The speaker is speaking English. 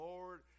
Lord